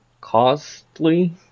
costly